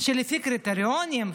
שלפי קריטריונים,